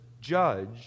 judge